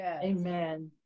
Amen